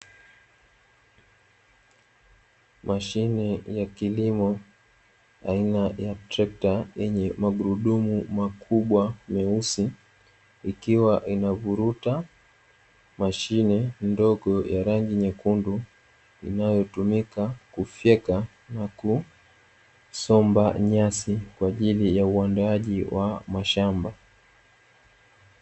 Mashine ya kilimo aina ya trekta yenye magurudumu makubwa meusi, ikiwa inaburuta mashine ndogo ya rangi nyekundu, inayotumika kufyeka na kusomba nyasi kwa ajili ya uandaaji wa mashamba.